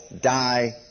die